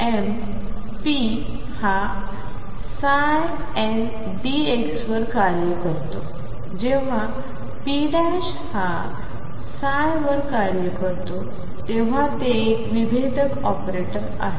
mp हा ndxवर कार्य करतो जेव्हा p हा ψ वर कार्य करते तेव्हा ते एक विभेदक ऑपरेटर आहे